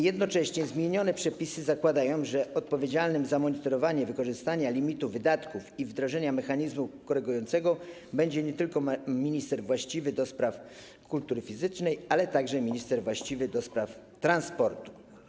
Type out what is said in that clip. Jednocześnie zmienione przepisy zakładają, że odpowiedzialnym za monitorowanie wykorzystania limitu wydatków i wdrożenie mechanizmu korygującego będzie nie tylko minister właściwy do spraw kultury fizycznej, ale także minister właściwy do spraw transportu.